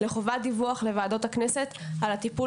לחובת דיווח לוועדות הכנסת על הטיפול